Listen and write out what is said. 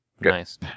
Nice